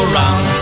round